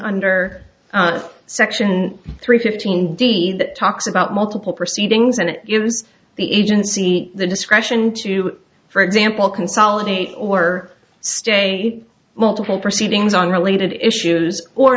under section three fifteen d d that talks about multiple proceedings and it gives the agency the discretion to for example consolidate or stay multiple proceedings on related issues or